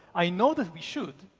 i know that we should.